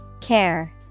Care